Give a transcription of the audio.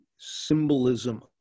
Symbolism